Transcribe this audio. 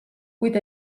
kuid